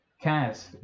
cast